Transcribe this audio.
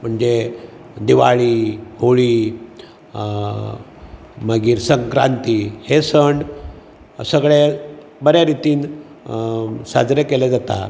म्हणजे दिवाळी होळी मागीर संक्रान्ती हे सण सगळे बऱ्या रितीन साजरें केले जता